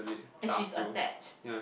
and she's attached